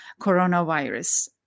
coronavirus